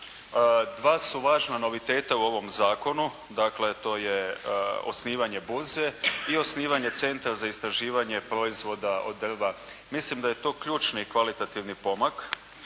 Dva su važna noviteta u ovom zakonu, dakle to je osnivanje burze i osnivanja centra za istraživanje proizvoda od drva. Mislim da je to ključni kvalitativni pomak.